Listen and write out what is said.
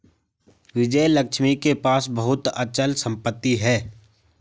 विजयलक्ष्मी के पास बहुत अचल संपत्ति है